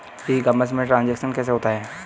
ई commerce में transaction कैसे होता है?